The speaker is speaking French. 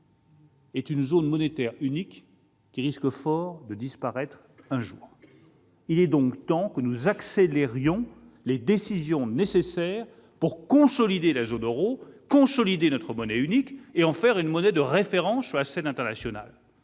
les économies divergent, risque fort de disparaître un jour. Il est donc temps que nous accélérions les décisions nécessaires pour consolider la zone euro et notre monnaie unique afin d'en faire une monnaie de référence sur la scène internationale.